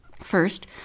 First